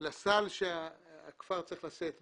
לסל שהכפר צריך לשאת בו,